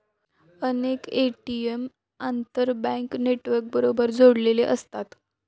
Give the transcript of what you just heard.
अनेक ए.टी.एम आंतरबँक नेटवर्कबरोबर जोडलेले असतात